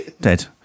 Dead